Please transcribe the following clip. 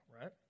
right